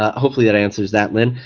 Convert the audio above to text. hopefully that answers that, lynn.